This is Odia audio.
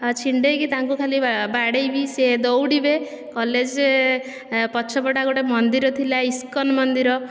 ଛିଣ୍ଡେଇକି ତାଙ୍କୁ ଖାଲି ବାଡ଼େଇବି ସେ ଦୌଡ଼ିବେ କଲେଜରେ ପଛ ପଟେ ଗୋଟେ ମନ୍ଦିର ଥିଲା ଇସ୍କନ ମନ୍ଦିର